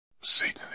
Satan